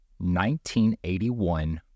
1981